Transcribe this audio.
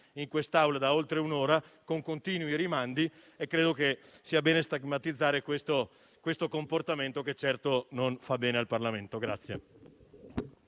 in Aula da oltre un'ora, con continui rimandi. Credo sia bene stigmatizzare questo comportamento che certo non fa bene al Parlamento.